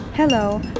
Hello